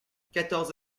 quatorze